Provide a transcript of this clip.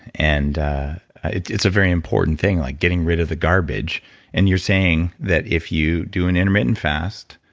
and it's it's a very important thing like, getting rid of the garbage and you're saying that if you do an intermittent fast,